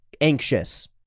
anxious